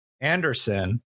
Anderson